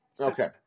Okay